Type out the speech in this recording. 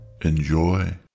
Enjoy